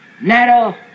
narrow